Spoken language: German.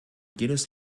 jedes